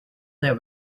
their